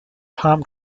palm